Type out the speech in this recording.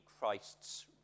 Christ's